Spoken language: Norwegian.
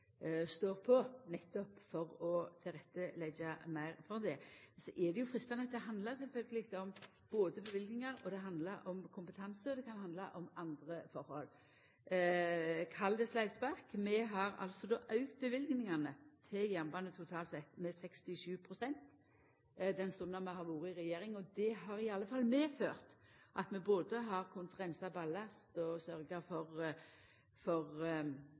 står på nettopp for å tilretteleggja meir for det. For det handlar sjølvsagt om både løyvingar og kompetanse, og det kan handla om andre forhold. Ein kan kalla det sleivspark, men vi har altså auka løyvingane til jernbanen totalt sett med 67 pst. den stunda vi har vore i regjering. Det har i alle fall medført at vi både har kunna reinsa ballast og sørgt for